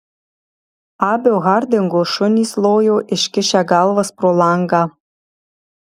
abio hardingo šunys lojo iškišę galvas pro langą